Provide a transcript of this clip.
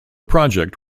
project